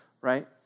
right